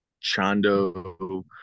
Chando